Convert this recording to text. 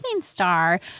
Star